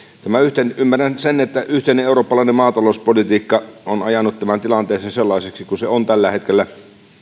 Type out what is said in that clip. ymmärrän sen että yhteinen eurooppalainen maatalouspolitiikka on ajanut tämän tilanteen sellaiseksi kuin se on tällä hetkellä